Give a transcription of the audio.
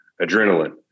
adrenaline